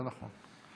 זה נכון.